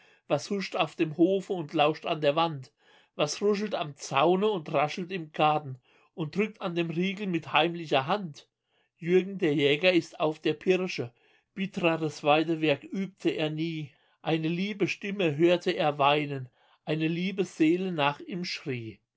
was huscht auf dem hofe und lauscht an der wand was ruschelt am zaune und raschelt im garten und rückt an dem riegel mit heimlicher hand jürgen der jäger ist auf der pirsche bittreres weidewerk übte er nie eine liebe stimme hörte er weinen eine liebe seele nach ihm schrie